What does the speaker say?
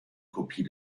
kopie